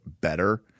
better